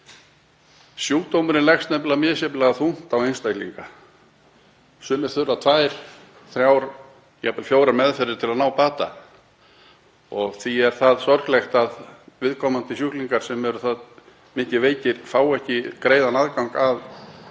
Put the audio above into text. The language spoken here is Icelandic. Sjúkdómurinn leggst nefnilega misjafnlega þungt á einstaklinga. Sumir þurfa tvær, þrjár, jafnvel fjórar meðferðir til að ná bata. Því er það sorglegt að viðkomandi sjúklingar, sem eru það mikið veikir, fá ekki greiðan aðgang að